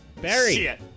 Barry